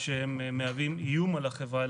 שהם מהווים איום על החברה,